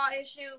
issue